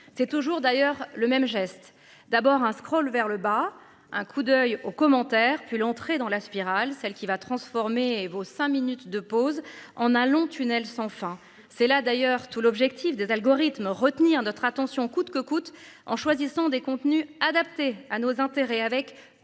C'est toujours d'ailleurs le même geste d'abord un scroll vers le bas. Un coup d'oeil aux commentaires puis l'entrée dans la spirale, celle qui va transformer vos cinq minutes de pause en un long tunnel sans fin. C'est là d'ailleurs tout l'objectif des algorithmes retenir notre attention coûte que coûte, en choisissant des contenus adaptés à nos intérêts avec